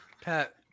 pat